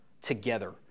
together